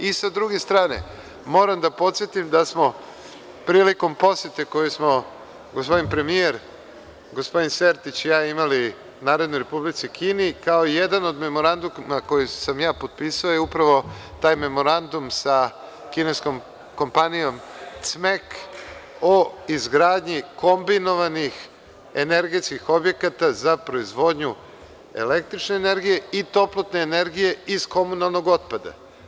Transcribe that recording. S druge strane, moram da podsetim da smo prilikom posete koju smo gospodin premijer, gospodin Sertić i ja imali Narodnoj Republici Kini, kao jedan od memoranduma koji sam ja potpisao je upravo taj memorandum sa kineskom kompanijom CMEK o izgradnji kombinovanih energetskih objekata za proizvodnju električne energije i toplotne energije iz komunalnog otpada.